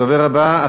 הדובר הבא,